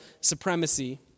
supremacy